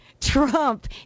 Trump